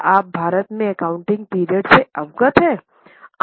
क्या आप भारत में एकाउंटिंग पीरियड से अवगत हैं